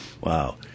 Wow